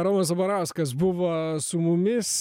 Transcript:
romas zabarauskas buvo su mumis